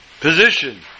position